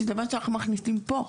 שזה מה שאנחנו מכניסים פה,